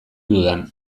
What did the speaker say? dudan